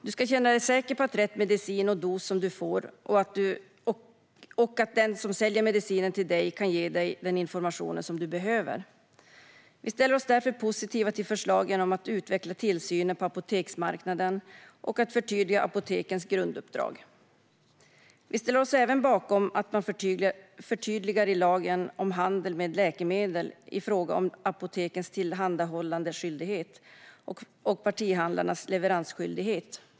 Du ska känna dig säker på att du får rätt medicin och dos och att den som säljer medicinen till dig kan ge dig den information som du behöver. Vi ställer oss därför positiva till förslagen om att utveckla tillsynen på apoteksmarknaden och att förtydliga apotekens grunduppdrag. Vi ställer oss även bakom att man förtydligar lagen om handel med läkemedel i fråga om apotekens tillhandahållandeskyldighet och partihandlarnas leveransskyldighet.